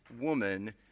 woman